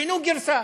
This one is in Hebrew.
שינו גרסה